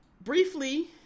briefly